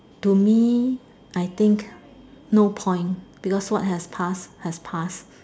to me I think no point because what has passed has passed